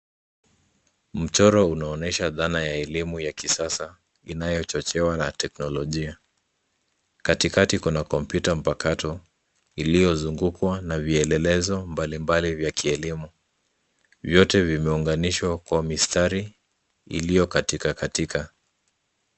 Mchoro unaonesha dhana ya elimu ya kisasa inayochochewa na teknolojia. Katikati kuna kompyuta mpakato iliyozungukwa na vielelezo mbalimbali vya kielimu. Vyote vimeunganishwa kwa mistari iliyokatikakatika.